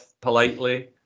politely